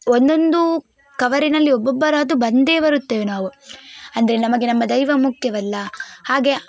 ಒದೊಂದು ಕವರಿನಲ್ಲಿ ಒಬ್ಬೊಬ್ಬರಾದು ಬಂದೇ ಬರುತ್ತೇವೆ ನಾವು ಅಂದರೆ ನಮಗೆ ನಮ್ಮ ದೈವ ಮುಖ್ಯವಲ್ಲ ಹಾಗೆ